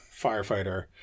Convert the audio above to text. firefighter